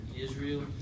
Israel